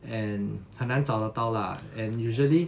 and 很难找得到 lah and usually